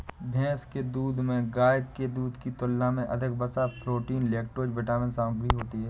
भैंस के दूध में गाय के दूध की तुलना में अधिक वसा, प्रोटीन, लैक्टोज विटामिन सामग्री होती है